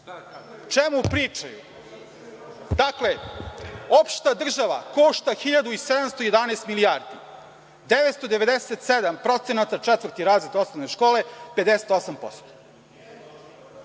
čemu pričaju? Dakle, opšta država košta 1711 milijardi, 997%, četvrti razred osnovne škole 58%.